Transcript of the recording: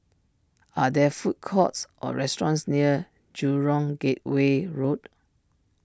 are there food courts or restaurants near Jurong Gateway Road